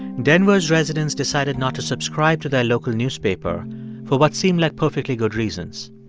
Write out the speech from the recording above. denver's residents decided not to subscribe to their local newspaper for what seemed like perfectly good reasons.